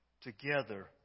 Together